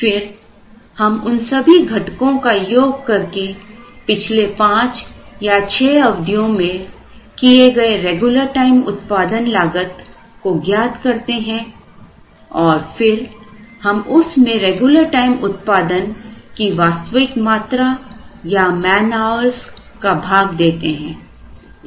फिर हम उन सभी घटकों का योग करके पिछले 5 या 6 अवधियो में किए गए कुल रेगुलर टाइम उत्पादन लागत को ज्ञात करते हैं और फिर हम उस में रेगुलर टाइम उत्पादन की वास्तविक मात्रा या मैनआउर्ज का भाग देते हैं